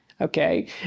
okay